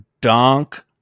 donk